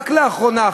רק לאחרונה,